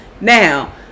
Now